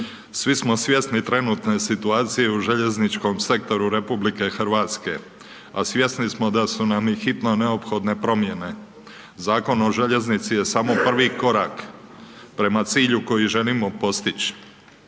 Svi smo svjesni trenutne situacije u željezničkom sektoru RH, a svjesni smo i da su nam i hitno neophodne promjene. Zakon o željeznici je samo prvi korak prema cilju koji želimo postić.